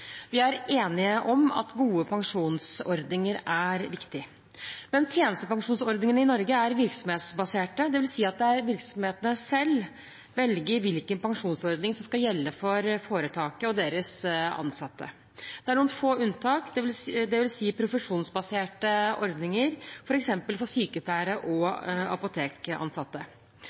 Vi er enige om at gode pensjonsordninger er viktig, men tjenestepensjonsordningene i Norge er virksomhetsbaserte, dvs. at virksomhetene selv velger hvilken pensjonsordning som skal gjelde for foretaket og deres ansatte. Det er noen få unntak, dvs. profesjonsbaserte ordninger, f.eks. for sykepleiere og apotekansatte.